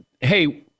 Hey